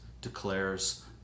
declares